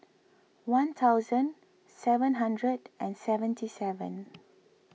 one thousand seven hundred and seventy seven